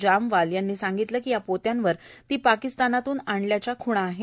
जामवाल यांनी सांगितलं की या पोत्यांवर ती पाकिस्तानतून आणल्याच्या खुणा आहेत